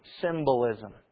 symbolism